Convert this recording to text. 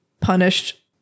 punished